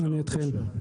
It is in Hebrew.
אני אתחיל.